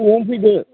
फुङावनो फैदो